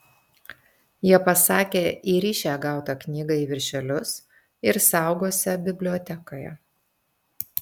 jie pasakė įrišią gautą knygą į viršelius ir saugosią bibliotekoje